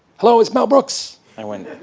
hello, it's mel brooks. i went,